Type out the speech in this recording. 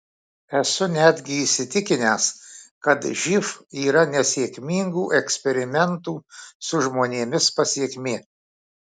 esu netgi įsitikinęs kad živ yra nesėkmingų eksperimentų su žmonėmis pasekmė